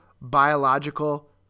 biological